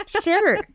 sure